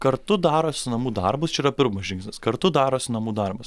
kartu darosi namų darbus čia yra pirmas žingsnis kartu darosi namų darbus